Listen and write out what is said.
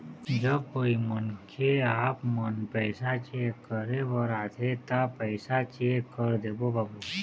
जब कोई मनखे आपमन पैसा चेक करे बर आथे ता पैसा चेक कर देबो बाबू?